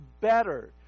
better